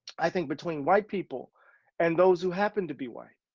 i think, between white people and those who happen to be white.